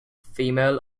female